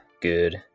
good